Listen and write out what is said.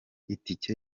itike